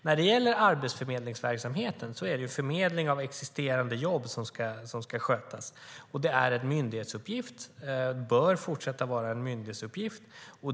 När det gäller arbetsförmedlingsverksamheten är det ju förmedling av existerande jobb som ska skötas. Det är en myndighetsuppgift och bör fortsätta att vara en myndighetsuppgift.